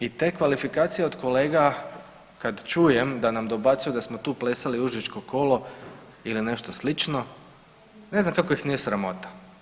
I te kvalifikacije od kolega kad čujem da nam dobacuju da smo tu plesali užičko kolo ili nešto slično, ne znam kako ih nije sramota.